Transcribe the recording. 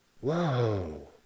Whoa